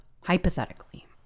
hypothetically